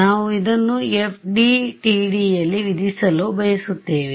ನಾವು ಇದನ್ನು FDTD ಯಲ್ಲಿ ವಿಧಿಸಲು ಬಯಸುತ್ತೇವೆ